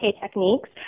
techniques